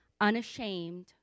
unashamed